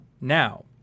now